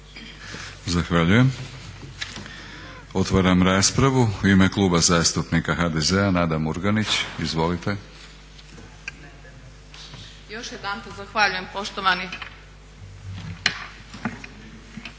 Zahvaljujem. Otvaram raspravu. U ime Kluba zastupnika HDZ-a Nada Murganić, izvolite. **Murganić, Nada (HDZ)** Još